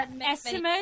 estimate